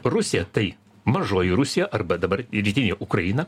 rusija tai mažoji rusija arba dabar rytinė ukraina